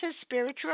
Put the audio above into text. spiritual